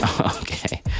Okay